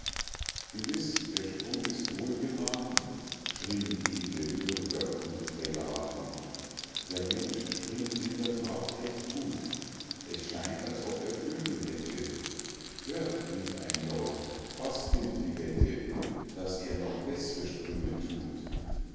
gewiß der sprung ist wohl gerathen schrie'n edle bürger und prälaten der mensch springt in der that recht gut es scheint als ob er flügel hätte hört rief ein lord was gilt die wette daß er noch bess're sprünge thut